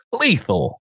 lethal